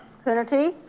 coonerty,